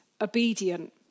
obedient